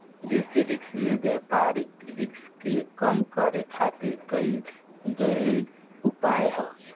basis risk में व्यापारिक risk के कम करे खातिर कईल गयेल उपाय ह